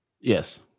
Yes